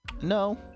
No